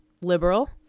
liberal